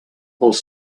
els